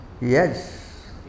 Yes